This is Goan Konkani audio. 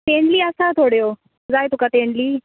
तेंडली आसा थोड्यो जाय तुका तेंडली